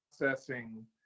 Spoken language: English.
processing